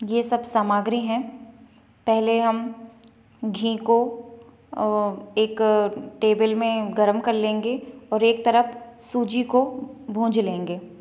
यह सब समाग्री हैं पहले हम घी को एक टेबल में गर्म कर लेंगे और एक तरफ सूजी को भुंज लेंगे